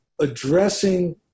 addressing